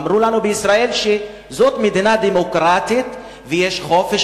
אמרו לנו שישראל זו מדינה דמוקרטית ויש חופש